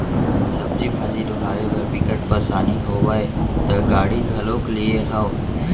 सब्जी भाजी डोहारे बर बिकट परसानी होवय त गाड़ी घलोक लेए हव